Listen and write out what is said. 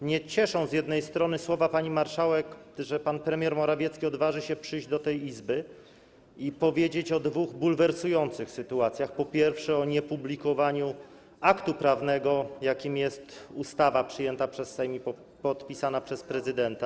Mnie cieszą z jednej strony słowa pani marszałek, że pan premier Morawiecki odważy się przyjść do tej Izby i powiedzieć o dwóch bulwersujących sytuacjach: po pierwsze, o niepublikowaniu aktu prawnego, jakim jest ustawa przyjęta przez Sejm i podpisana przez prezydenta.